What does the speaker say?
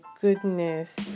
goodness